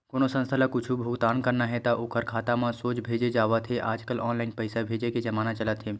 कोनो संस्था ल कुछ भुगतान करना हे त ओखर खाता म सोझ भेजे जावत हे आजकल ऑनलाईन पइसा भेजे के जमाना चलत हे